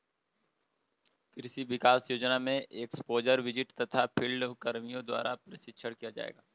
कृषि विकास योजना में एक्स्पोज़र विजिट तथा फील्ड कर्मियों द्वारा प्रशिक्षण किया जाएगा